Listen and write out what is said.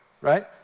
right